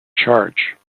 charge